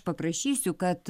paprašysiu kad